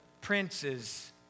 princes